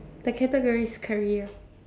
the category is career